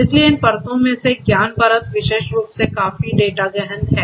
इसलिए इन परतों में से ज्ञान परत विशेष रूप से काफी डेटा गहन है